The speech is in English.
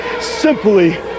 simply